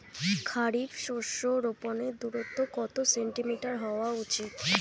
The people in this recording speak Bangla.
খারিফ শস্য রোপনের দূরত্ব কত সেন্টিমিটার হওয়া উচিৎ?